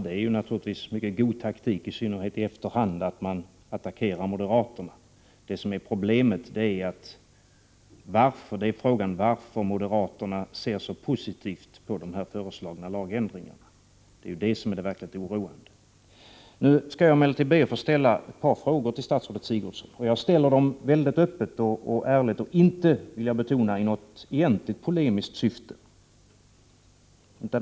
Det är naturligtvis mycket god taktik, i synnerhet i efterhand, att attackera moderaterna. Frågan är varför moderaterna ser så positivt på de föreslagna lagändringarna. Det är det verkligt oroande. Jag skall emellertid be att få ställa ett par frågor till statsrådet Sigurdsen. Jag ställer dem väldigt öppet och ärligt och inte, det vill jag betona, i något egentligt polemiskt syfte.